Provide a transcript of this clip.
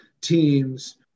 teams